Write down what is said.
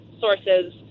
sources